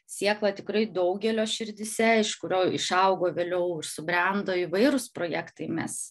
sieklą tikrai daugelio širdyse iš kurio išaugo vėliau ir subrendo įvairūs projektai mes